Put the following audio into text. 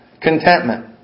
contentment